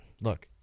look